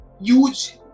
huge